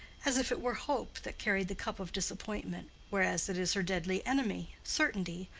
as if it were hope that carried the cup of disappointment, whereas it is her deadly enemy, certainty,